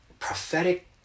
Prophetic